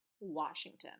Washington